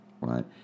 right